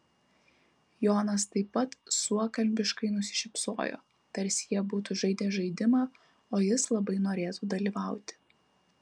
jonas taip pat suokalbiškai nusišypsojo tarsi jie būtų žaidę žaidimą o jis labai norėtų dalyvauti